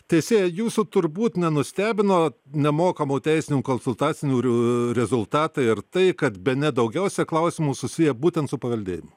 teisėja jūsų turbūt nenustebino nemokamų teisinių konsultacijų rezultatai ir tai kad bene daugiausia klausimų susiję būtent su paveldėjimu